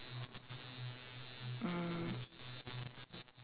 mm